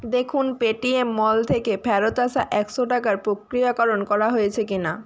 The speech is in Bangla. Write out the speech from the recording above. দেখুন পেটিএম মল থেকে ফেরত আসা একশো টাকার প্রক্রিয়াকরণ করা হয়েছে কিনা